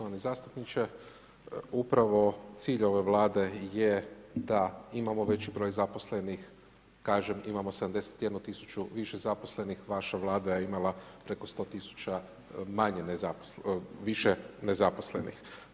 Uvaženi zastupniče, upravo cilj ove Vlade je da imamo veći broj zaposlenih, kažem, imamo 71 000 više zaposlenih, vaša Vlada je imala preko 100 000 više nezaposlenih.